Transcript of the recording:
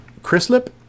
Chrislip